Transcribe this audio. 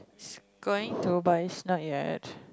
its going to by its not yet